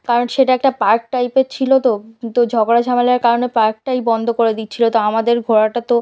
কারণ সেটা একটা পার্ক টাইপের ছিলো তো তো ঝগড়া ঝামেলার কারণে পার্কটাই বন্ধ করে দিচ্ছিলো তো আমাদের ঘোরাটা তো